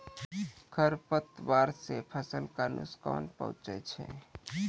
खरपतवार से फसल क नुकसान पहुँचै छै